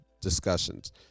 discussions